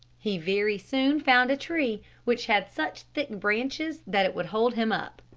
he very soon found a tree which had such thick branches that it would hold him up.